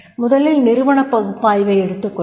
முதலில் நிறுவனப் பகுப்பாய்வை எடுத்துக் கொள்வோம்